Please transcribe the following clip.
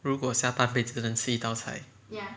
如果下半辈子只吃一道菜